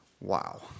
Wow